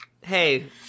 Hey